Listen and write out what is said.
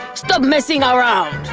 stop messing around!